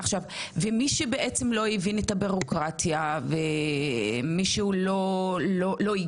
עכשיו מי שבעצם לא הבין את הבירוקרטיה ומי שהוא לא הגיש?